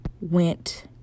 went